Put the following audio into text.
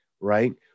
Right